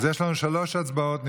אז יש לנו שלוש הצבעות נפרדות.